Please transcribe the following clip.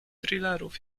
thrillerów